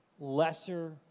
lesser